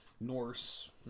Norse